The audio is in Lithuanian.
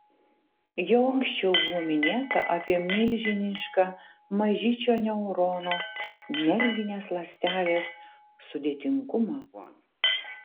jau anksčiau buvo minėta apie milžinišką mažyčio neurono nervinės ląstelės sudėtingumą